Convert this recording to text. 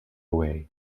away